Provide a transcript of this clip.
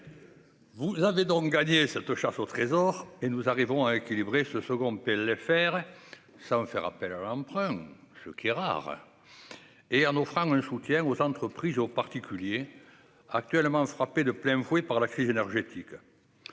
Vous avez gagné cette chasse au trésor et nous arrivons à équilibrer ce second PLFR sans faire appel à l'emprunt, ce qui est rare, et en offrant un soutien aux entreprises et aux particuliers qui sont frappés de plein fouet par la crise énergétique.